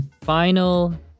final